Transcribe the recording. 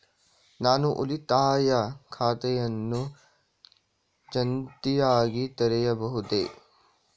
ನಾನು ಉಳಿತಾಯ ಖಾತೆಯನ್ನು ಜಂಟಿಯಾಗಿ ತೆರೆಯಬಹುದೇ?